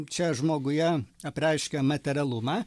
čia žmoguje apreiškia materialumą